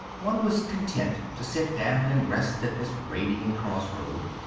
one was content to sit down and rest at this radiant cross-road,